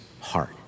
heart